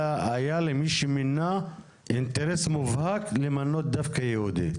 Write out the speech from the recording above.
שמינה אינטרס מובהק למנות דווקא יהודים.